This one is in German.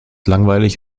langweilig